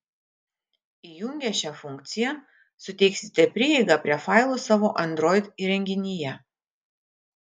įjungę šią funkciją suteiksite prieigą prie failų savo android įrenginyje